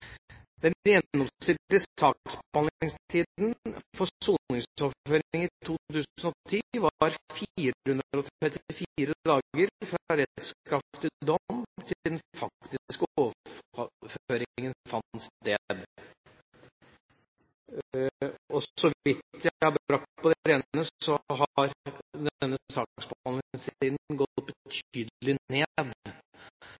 2010 var 434 dager fra rettskraftig dom til den faktiske overføringen fant sted. Så vidt jeg har brakt på det rene, har denne saksbehandlingstida gått betydelig ned så